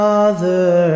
Father